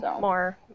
More